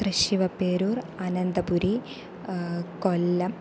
Thrissivaperur Ananthapuri Kollam